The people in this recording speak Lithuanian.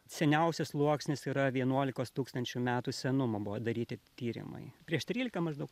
seniausias sluoksnis yra vienolikos tūkstančių metų senumo buvo daryti tyrimai prieš trylika maždaug